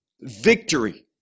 victory